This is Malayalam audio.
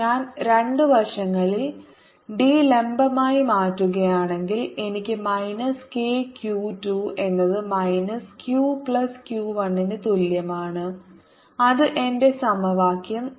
ഞാൻ 2 വശങ്ങളിൽ ഡി ലംബമായി മാറ്റുകയാണെങ്കിൽ എനിക്ക് മൈനസ് k q 2 എന്നത് മൈനസ് q പ്ലസ് q 1 ന് തുല്യമാണ് അത് എന്റെ സമവാക്യം 1 ആണ്